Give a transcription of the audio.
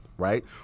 right